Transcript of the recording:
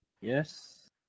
Yes